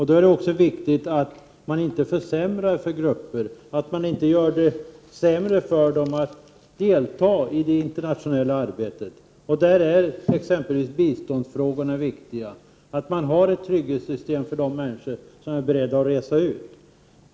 Då är det också väsentligt att man inte gör det svårare för svenskar att delta i det internationella arbetet; i exempelvis biståndsarbetet är det av vikt att man har ett trygghetssystem för de människor som är beredda att resa ut.